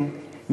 כן,